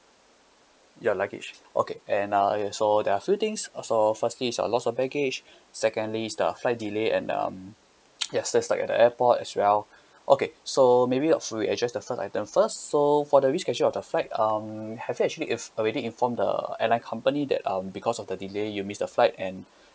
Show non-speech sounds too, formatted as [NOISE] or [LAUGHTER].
your luggage okay and uh so there are a few things uh so firstly is the loss of baggage [BREATH] secondly is the flight delay and um yes there's like at the airport as well [BREATH] okay so maybe uh we address the first item first so for the reschedule of the flight um have you actually inf~ already informed the airline company that um because of the delay you missed the flight and [BREATH]